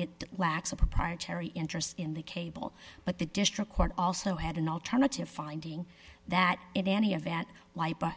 it lacks a proprietary interest in the cable but the district court also had an alternative finding that in any event